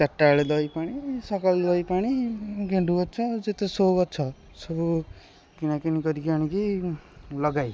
ଚାରିଟାବେଳେ ଦେବି ପାଣି ସକାଳ ଦେବି ପାଣି ଗେଣ୍ଡୁ ଗଛ ଯେତେ ସୋ ଗଛ ସବୁ କିଣାକିଣି କରିକି ଆଣିକି ଲଗାଏ